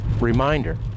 reminder